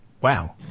Wow